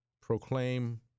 proclaim